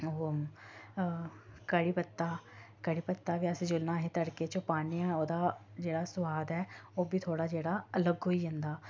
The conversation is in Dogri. ओह् कढ़ी पत्ता कढ़ी पत्ता बी जि'यां अस तड़कै च पान्ने आं ओह्दा जेह्ड़ा सुआद ऐ ओह् बी थोह्ड़ा जेह्ड़ा अलग होई जंदा